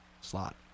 slot